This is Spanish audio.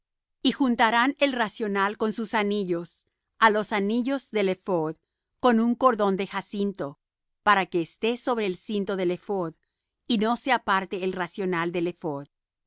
y juntarán el racional con sus anillos á los anillos del ephod con un cordón de jacinto para que esté sobre el cinto del ephod y no se aparte el racional del